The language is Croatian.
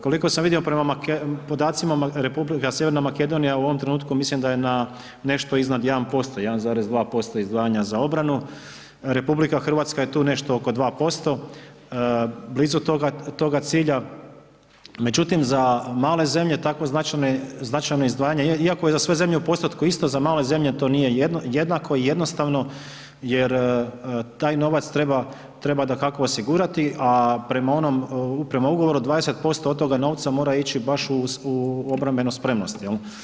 Koliko sam vidio u podacima, Republika Sjeverna Makedonija u ovom trenutku, mislim da je nešto iznad 1%, 1,2% izdvajanja za obranu, RH je tu nešto oko 2%, blizu toga cilja, međutim, za male zemlje, tako značajna izdvajanja, iako je za sve zemlje u postupku isto, za male zemlje to nije jednako i jednostavno, jer taj novac treba dakako osigurati, a prema onom ugovoru, 20% od toga novca, mora ići baš u obrambenu spremnost.